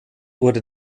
wurde